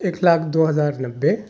ایک لاکھ دو ہزار نوے